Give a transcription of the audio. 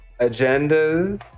agendas